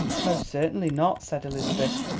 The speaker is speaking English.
most certainly not, said elizabeth,